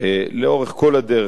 לאורך כל הדרך,